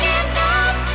enough